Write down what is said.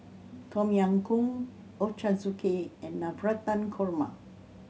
Tom Yam Goong Ochazuke and Navratan Korma